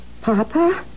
Papa